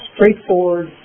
straightforward